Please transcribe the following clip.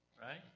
right